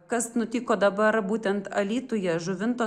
kas nutiko dabar būtent alytuje žuvinto